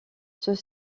ceux